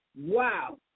Wow